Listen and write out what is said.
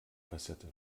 kassette